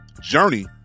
journey